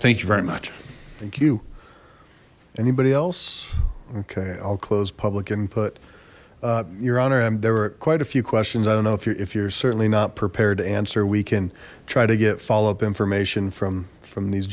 thank you very much thank you anybody else okay i'll close public input your honor and there were quite a few questions i don't know if you if you're certainly not prepared to answer we can try to get follow up information from from these